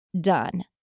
done